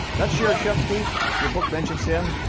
that's shereshevski. your book mentions him.